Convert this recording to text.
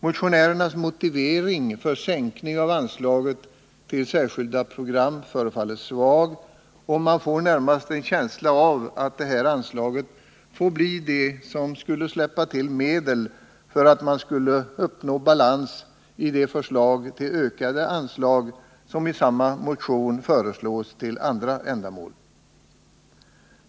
Motionärernas motivering för sänkning av anslaget Särskilda program förefaller svag, och man får närmast en känsla av att det här anslaget fått bli det som skulle släppa till medel för att man skulle uppnå balans i de förslag till ökade anslag för andra ändamål som framförts i samma motion.